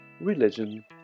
religion